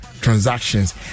transactions